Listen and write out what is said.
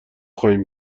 خواهیم